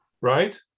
right